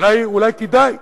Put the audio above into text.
אולי כדאי,